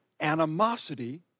animosity